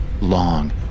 Long